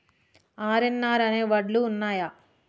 RNR అనే వడ్లు ఉన్నయా?